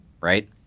right